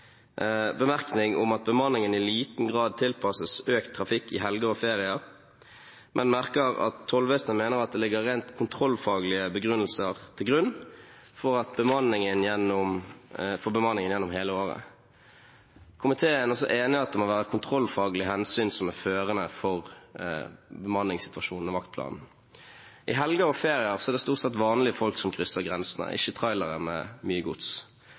bemanningen i liten grad tilpasses økt trafikk i helger og ferier, men merker oss også at tollvesenet mener at det ligger rent kontrollfaglige begrunnelser til grunn for bemanningen gjennom hele året. Komiteen er også enig i at det må være kontrollfaglige hensyn som er førende for bemanningssituasjonen og vaktplanen. I helger og ferier er det stort sett vanlige folk som krysser grensene, ikke trailere med mye gods.